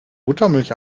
buttermilch